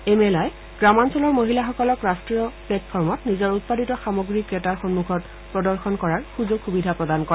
এই মেলাই গ্ৰামাঞ্চলৰ মহিলাসকলক ৰাষ্ট্ৰীয় প্লেটফৰ্মত নিজৰ উৎপাদিত সামগ্ৰী ক্ৰেতাৰ সন্মুখত প্ৰদৰ্শন কৰাত সুযোগ সুবিধা প্ৰদান কৰে